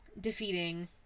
defeating